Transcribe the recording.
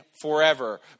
forever